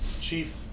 Chief